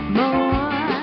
more